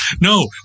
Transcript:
No